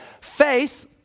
Faith